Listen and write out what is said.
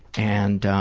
and